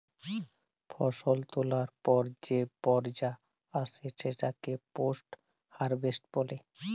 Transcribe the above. ফসল তোলার পর যে পর্যা আসে সেটাকে পোস্ট হারভেস্ট বলে